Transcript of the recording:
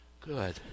good